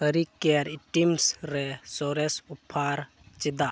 hair care items ᱨᱮ ᱥᱚᱨᱮᱥ offer ᱪᱮᱫᱟᱜ